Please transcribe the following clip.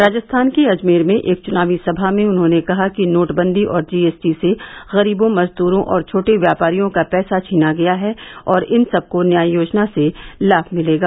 राजस्थान के अजमेर में एक चुनावी सभा में उन्होंने कहा कि नोटबंदी और जीएसटी से गरीबों मजदूरों और छोटे व्यापारियों का पैसा छीना गया है और इन सबकों न्याय योजना से लाभ मिलेगा